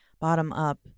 bottom-up